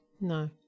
No